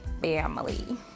family